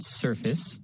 surface